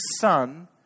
son